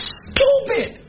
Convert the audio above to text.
stupid